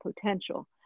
potential